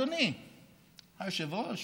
אדוני היושב-ראש,